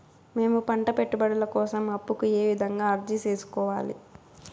మేము పంట పెట్టుబడుల కోసం అప్పు కు ఏ విధంగా అర్జీ సేసుకోవాలి?